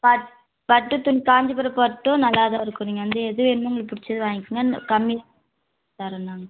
but பட்டு துணி காஞ்சிபுரம் பட்டும் நல்லா தான் இருக்கும் நீங்கள் வந்து எது வேணுமோ உங்களுக்கு பிடிச்சது வாங்கிக்கோங்க இந்த கம்மி தரேண்ணா